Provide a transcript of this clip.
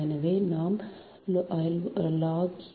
எனவே நாம் loga 0